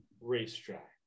racetrack